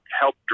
help